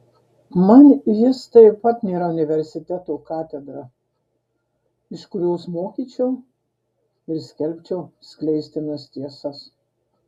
man jis taip pat nėra universiteto katedra iš kurios mokyčiau ir skelbčiau skleistinas tiesas